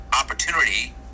opportunity